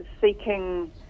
seeking